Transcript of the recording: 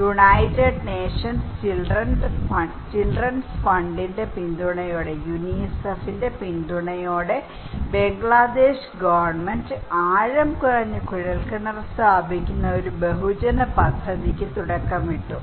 United Nations Children's ഫണ്ടിന്റെ United Nations Childrens Fund UNICEF പിന്തുണയോടെ Bangladesh government ആഴം കുറഞ്ഞ കുഴൽക്കിണർ സ്ഥാപിക്കുന്ന ഒരു ബഹുജന പദ്ധതിക്ക് തുടക്കമിട്ടു